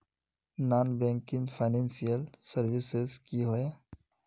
Non banking financial services की होय?